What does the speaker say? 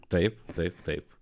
taip taip taip